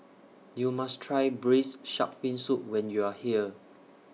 YOU must Try Braised Shark Fin Soup when YOU Are here